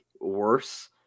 worse